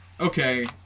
okay